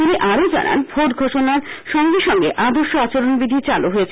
তিনি আরও জানান ভোট ঘোষণার সঙ্গে সঙ্গে আদর্শ আচরণবিধি চালু হয়েছে